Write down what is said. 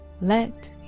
let